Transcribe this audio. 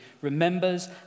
remembers